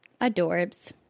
Adorbs